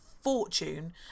fortune